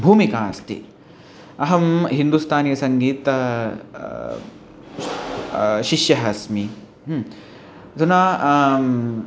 भूमिका अस्ति अहं हिन्दुस्तानीयसङ्गीतं शिष्यः अस्मि अधुना आं